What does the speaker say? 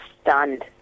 stunned